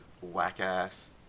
whack-ass